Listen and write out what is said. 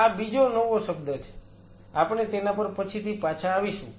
આ બીજો નવો શબ્દ છે આપણે તેના પર પછીથી પાછા આવીશું